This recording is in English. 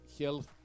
health